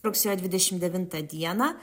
rugsėjo dvidešimt devintą dieną